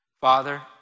Father